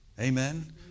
Amen